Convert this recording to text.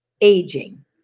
aging